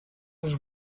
els